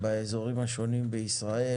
באזורים השונים בישראל,